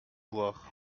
voir